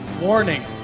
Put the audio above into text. Warning